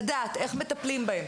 לדעת איך מטפלים בהם,